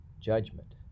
judgment